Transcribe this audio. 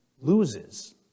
loses